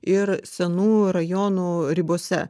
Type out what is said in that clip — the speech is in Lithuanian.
ir senų rajonų ribose